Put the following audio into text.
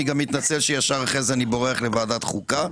אני גם מתנצל שמיד בסיום דבריי אני אצא לוועדת החוקה.